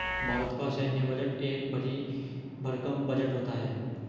भारत का सैन्य बजट एक भरी भरकम बजट होता है